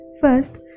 First